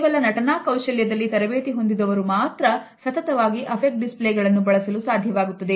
ಕೇವಲ ಎರಡರಿಂದ ಮೂರು ನಿಮಿಷಗಳು ಮಾತ್ರ ನಾವು affect display ಗಳನ್ನು ಬಳಸಲು ಸಾಧ್ಯವಿರುತ್ತದೆ